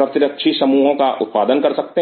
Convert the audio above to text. प्रतिरक्षी समूहो का उत्पादन कर सकते हैं